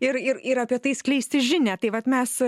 ir ir ir apie tai skleisti žinią tai vat mes